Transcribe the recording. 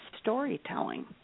storytelling